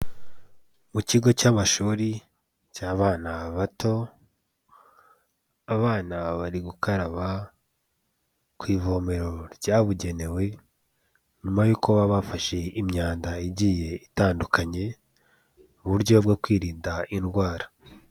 Mu kigo cy'amashuri cy'abana bato, abana bari gukaraba ku ivomero ryabugenewe nyuma y'uko baba bafashe imyanda igiye itandukanye uburyo bwo kwirinda indwara.